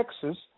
Texas